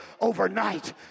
overnight